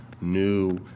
new